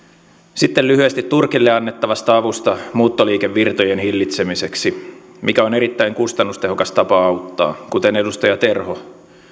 sitten lyhyesti turkille annettavasta avusta muuttoliikevirtojen hillitsemiseksi mikä on erittäin kustannustehokas tapa auttaa kuten edustaja terho